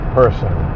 person